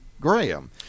graham